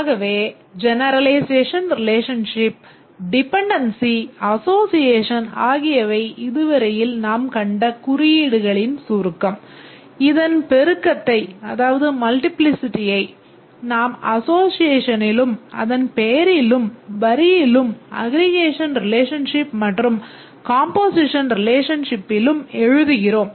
ஆகவே generalisation relationship நாம் அசோசியேஷனிலும் அதன் பெயரிலும் வரியிலும் அக்ரிகேஷன் ரிலேஷன்ஷிப் மற்றும் காம்போசிஷன் ரிலேஷன்ஷிப்பிலும் எழுதுகிறோம்